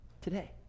today